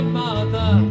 mother